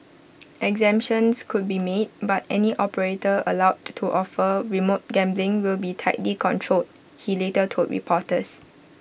exemptions could be made but any operator allowed to offer remote gambling will be tightly controlled he later told reporters